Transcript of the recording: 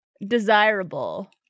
desirable